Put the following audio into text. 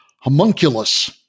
homunculus